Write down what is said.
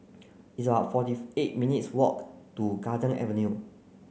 it's about forty eight minutes' walk to Garden Avenue